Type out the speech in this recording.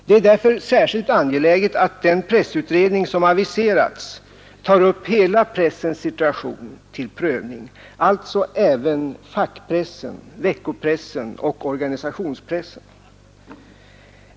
Därför är det särskilt angeläget att den pressutredning som aviserats tar upp hela pressens situation till prövning, alltså även situationen för fackpressen, veckopressen och organisationspressen.